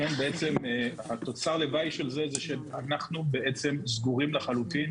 תוצר הלוואי של זה שאנחנו סגורים לחלוטין.